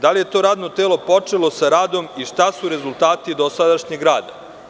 Da li je to radno telo počelo sa radom i šta su rezultati dosadašnjeg rada?